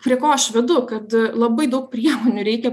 prie ko aš vedu kad labai daug priemonių reikia